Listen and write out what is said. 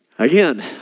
Again